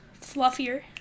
fluffier